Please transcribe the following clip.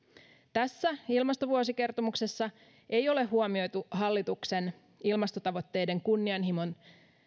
tässä ilmastovuosikertomuksessa ei ole huomioitu hallituksen ilmastotavoitteiden kunnianhimon